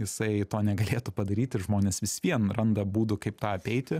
jisai to negalėtų padaryt ir žmonės vis vien randa būdų kaip tą apeiti